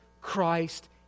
Christ